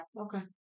Okay